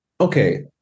Okay